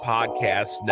Podcast